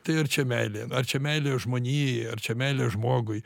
tai ar čia meilė ar čia meilė žmonijai ar čia meilė žmogui